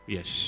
Yes